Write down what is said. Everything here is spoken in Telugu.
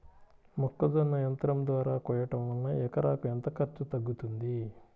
మొక్కజొన్న యంత్రం ద్వారా కోయటం వలన ఎకరాకు ఎంత ఖర్చు తగ్గుతుంది?